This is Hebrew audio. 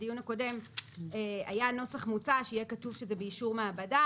בדיון הקודם היה נוסח מוצע שיהיה כתוב שזה באישור מעבדה